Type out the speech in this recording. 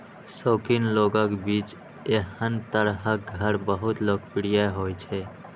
शौकीन लोगक बीच एहन तरहक घर बहुत लोकप्रिय होइ छै